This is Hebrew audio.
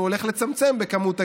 הוא הולך לצמצם את היקף